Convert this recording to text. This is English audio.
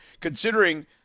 considering